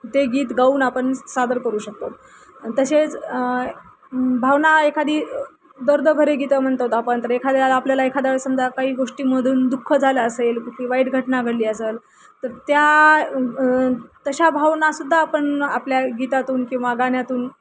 ते गीत गाऊन आपण सादर करू शकतो तसेच भावना एखादी दर्दभरे गीतं म्हणतो आपण तर एखाद्या आपल्याला एखाद्या समजा काही गोष्टीमधून दुःख झालं असेल कुठली वाईट घटना घडली असेल तर त्या तशा भावनासुद्धा आपण आपल्या गीतातून किंवा गाण्यातून